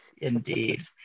indeed